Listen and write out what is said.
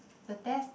the test